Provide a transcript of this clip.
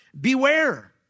beware